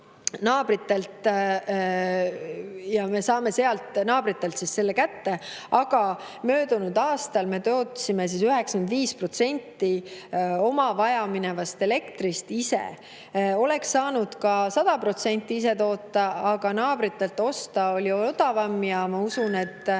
Me saame naabritelt selle kätte, aga möödunud aastal me tootsime 95% oma vajaminevast elektrist ise. Oleks saanud ka 100% ise toota, aga naabritelt osta oli odavam, ja ma usun, et